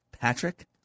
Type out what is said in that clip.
Patrick